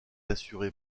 assurée